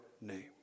name